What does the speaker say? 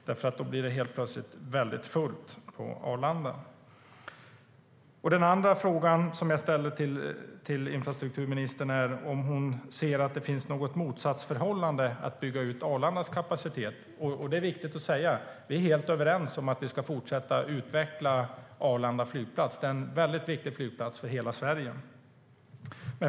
Det blir nämligen plötsligt väldigt fullt på Arlanda i så fall. Den andra frågan jag ställde till infrastrukturministern är om hon ser att det finns något motsatsförhållande när det gäller att bygga ut Arlandas kapacitet. Det är viktigt att säga att vi är överens om att vi ska fortsätta utveckla Arlanda flygplats; det är en väldigt viktig flygplats för hela Sverige.